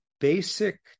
basic